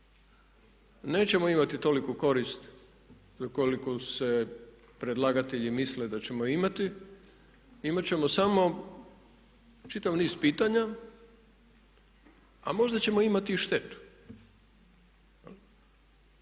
nećemo imati toliku korist koliku se predlagatelji misle da ćemo imati. Imati ćemo samo čitav niz pitanja a možda ćemo imati i štetu.